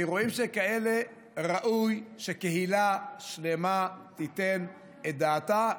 באירועים שכאלה ראוי שקהילה שלמה תיתן את דעתה,